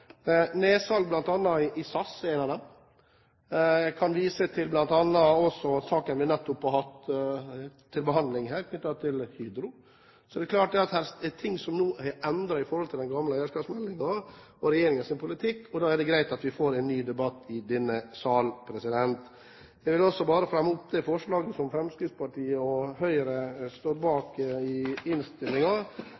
signaler. Nedsalg bl.a. i SAS er en av dem. Jeg kan også bl.a. vise til saken knyttet til Hydro som vi nettopp hadde til behandling her. Det er ting som nå er endret i forhold til den gamle eierskapsmeldingen og regjeringens politikk, og da er det greit at vi får en ny debatt i denne sal. Jeg vil ta opp det forslaget i innstillingen som Fremskrittspartiet, Høyre og Kristelig Folkeparti står